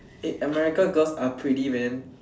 eh America girls are pretty man